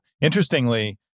Interestingly